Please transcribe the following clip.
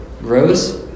Rose